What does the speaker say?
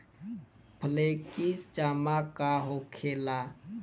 Flexi जमा का होखेला?